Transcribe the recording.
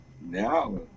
now